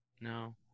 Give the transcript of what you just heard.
No